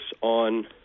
on